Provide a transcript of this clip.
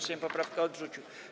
Sejm poprawkę odrzucił.